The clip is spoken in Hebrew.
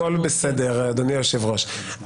הכול בסדר, אדוני היושב-ראש,